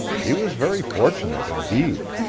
he was very fortunate, indeed.